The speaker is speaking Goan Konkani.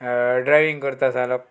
ड्रायविंग करता सांगप